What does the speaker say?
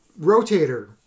Rotator